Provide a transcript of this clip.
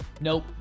nope